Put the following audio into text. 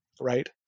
right